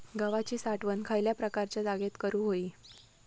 गव्हाची साठवण खयल्या प्रकारच्या जागेत करू होई?